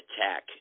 attack